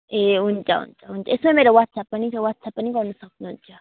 ए हुन्छ हुन्छ हुन्छ हुन्छ यस्मै मेरो वाट्सएप पनि छ वाट्सएप पनि गर्न सक्नुहुन्छ